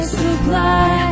supply